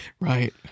Right